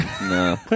No